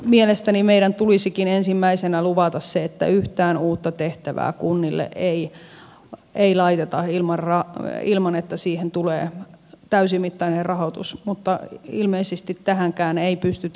mielestäni meidän tulisikin ensimmäisenä luvata se että yhtään uutta tehtävää kunnille ei laiteta ilman että siihen tulee täysimittainen rahoitus mutta ilmeisesti tähänkään ei pystytä